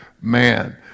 man